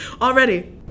already